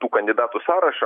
tų kandidatų sąrašą